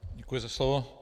Děkuji za slovo.